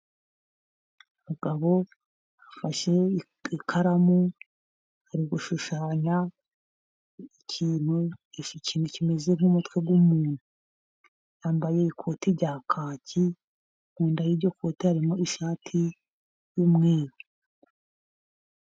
Umugabo afashe ikaramu ari gushushanya ikintu ikintu kimeze nk'umutwe w'umuntu yambaye ikoti rya kaki nkuntaro yiryo koti arimo ishati y'umweru.